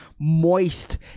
moist